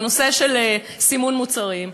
בנושא של סימון מוצרים,